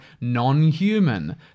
non-human